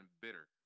bitter